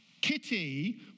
Kitty